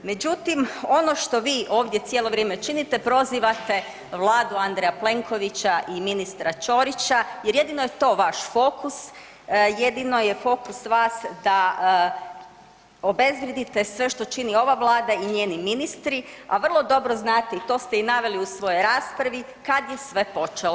Međutim, ono što vi ovdje cijelo vrijeme činite, prozivate Vladu Andreja Plenkovića i ministra Ćorića jer jedino je to vaš fokus, jedino je fokus vas da obezvrijedite sve što čini ova Vlada i njeni ministri, a vrlo dobro znate i to ste i naveli u svojoj raspravi kada je sve počelo.